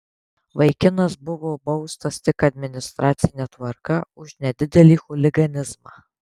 vaikinas buvo baustas tik administracine tvarka už nedidelį chuliganizmą